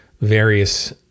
various